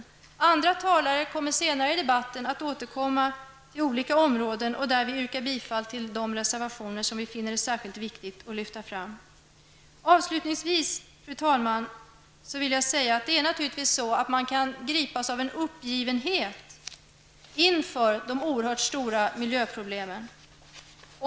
Våra andra företrädare kommer senare i debatten att återkomma till olika områden. De kommer då att yrka bifall till de reservationer som vi finner att det är särskilt viktigt att lyfta fram. Avslutningsvis, fru talman, vill jag säga följande. Naturligtvis kan man gripas av en känsla av uppgivenhet inför de oerhört stora miljöproblemen.